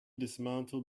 dismantled